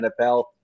NFL